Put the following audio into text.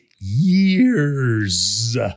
years